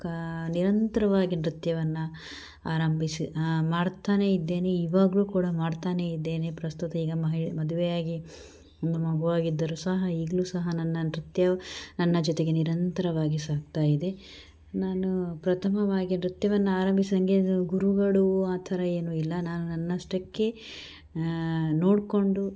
ಕಾ ನಿರಂತರವಾಗಿ ನೃತ್ಯವನ್ನು ಆರಂಭಿಸಿ ಮಾಡುತ್ತಾನೆ ಇದ್ದೇನೆ ಇವಾಗಲೂ ಕೂಡ ಮಾಡ್ತಾನೆ ಇದ್ದೇನೆ ಪ್ರಸ್ತುತ ಈಗ ಮಹಿ ಮದುವೆಯಾಗಿ ಒಂದು ಮಗುವಾಗಿದ್ದರು ಸಹ ಈಗಲೂ ಸಹ ನನ್ನ ನೃತ್ಯ ನನ್ನ ಜೊತೆಗೆ ನಿರಂತರವಾಗಿ ಸಾಗ್ತಾಯಿದೆ ನಾನು ಪ್ರಥಮವಾಗಿ ನೃತ್ಯವನ್ನು ಆರಂಭಿಸಿ ನಂಗೇನು ಗುರುಗಳು ಆ ಥರ ಏನು ಇಲ್ಲಾ ನಾನು ನನ್ನಷ್ಟಕ್ಕೆ ನೋಡ್ಕೊಂಡು